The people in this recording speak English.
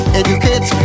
educate